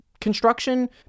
construction